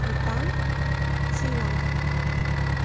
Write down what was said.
Bhutan Sri Lanka